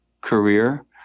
career